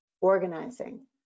organizing